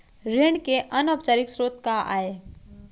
ऋण के अनौपचारिक स्रोत का आय?